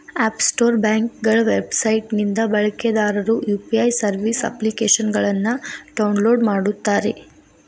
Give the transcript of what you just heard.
app store ಬ್ಯಾಂಕ್ಗಳ website ನಿಂದ ಬಳಕೆದಾರರು ಯು.ಪಿ.ಐ ಸರ್ವಿಸ್ ಅಪ್ಲಿಕೇಶನ್ನ ಡೌನ್ಲೋಡ್ ಮಾಡುತ್ತಾರೆ